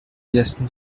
justin